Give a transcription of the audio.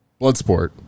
Bloodsport